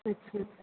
ਅੱਛਾ